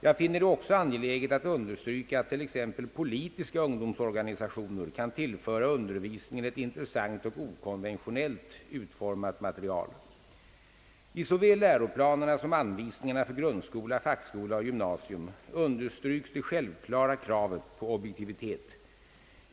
Jag finner det också angeläget att understryka att t.ex. politiska ungdomsorganisationer kan tillföra undervisningen ett intressant och okonventionellt utformat material. I såväl läroplanerna som anvisningarna för grundskola, fackskola och gymnasium understryks det självklara kravet på objektivitet.